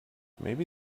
maybe